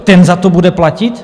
Ten za to bude platit?